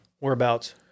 Whereabouts